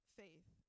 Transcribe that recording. faith